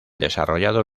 desarrollado